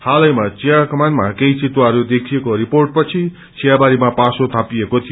हालैमा विया कमानमा केही वितुवाहरू देखिएको रिपोर्टपछि वियाबारीमा पासो थापिएको थियो